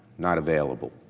not available,